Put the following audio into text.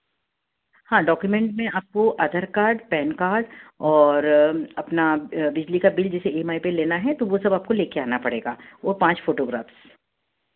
हाँ डॉक्यूमेंट में आपको आधार कार्ड पैन कार्ड और अपना बिजली का बिल जिसे ई एम आई पर लेना है तो वह सब आपको लेकर आना पड़ेगा वह पाँच फ़ोटोग्राफ्स